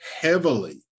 heavily